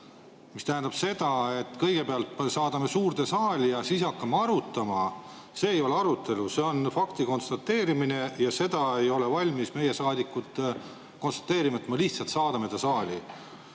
mis tähendab seda, et kõigepealt me saadame [eelnõu] suurde saali ja siis hakkame arutama – see ei ole arutelu. See on fakti konstateerimine ja seda ei ole valmis meie saadikud konstateerima, et me lihtsalt saadame ta saali.